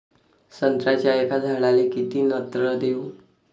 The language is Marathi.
संत्र्याच्या एका झाडाले किती नत्र देऊ?